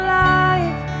life